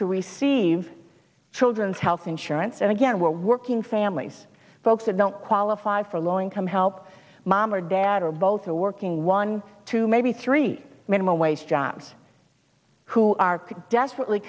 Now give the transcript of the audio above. to receive children's health insurance and again we're working families folks that don't qualify for low income help mom or dad or both are working one two maybe three minimum wage jobs who are desperately